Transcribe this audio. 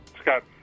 Scott